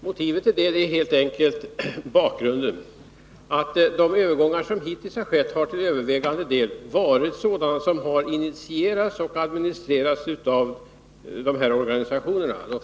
Motivet är helt enkelt att de övergångar som hittills har skett till övervägande del har varit sådana som initierats och administrerats av dessa organisationer, främst HSB.